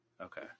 Okay